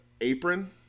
apron